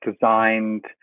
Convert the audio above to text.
designed